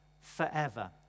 forever